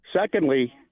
Secondly